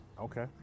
Okay